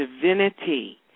divinity